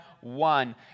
one